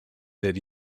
that